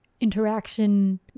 interaction